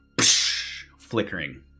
flickering